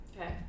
okay